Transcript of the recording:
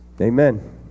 Amen